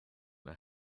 know